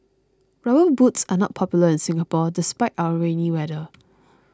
rubber boots are not popular in Singapore despite our rainy weather